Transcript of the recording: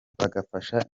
bagafasha